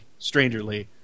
strangerly